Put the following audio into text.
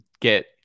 get